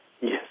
Yes